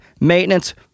maintenance